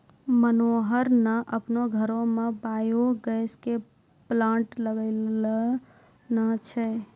मनोहर न आपनो घरो मॅ बायो गैस के प्लांट लगैनॅ छै